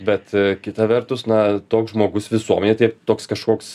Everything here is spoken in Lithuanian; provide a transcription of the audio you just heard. bet kita vertus na toks žmogus visuomenėj tai toks kažkoks